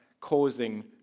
causing